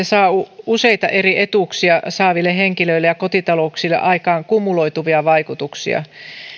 saa useita eri etuuksia saaville henkilöille ja kotitalouksille aikaan kumuloituvia vaikutuksia